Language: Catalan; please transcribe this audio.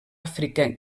àfrica